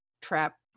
trap